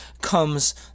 comes